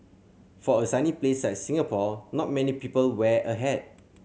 for a sunny place like Singapore not many people wear a hat